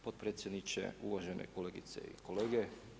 Potpredsjedniče, uvažene kolegice i kolege.